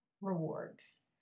rewards